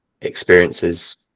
experiences